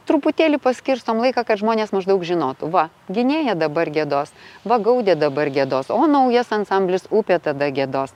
truputėlį paskirstom laiką kad žmonės maždaug žinot va gynėja dabar giedos va gaudė dabar giedos o naujas ansamblis upė tada giedos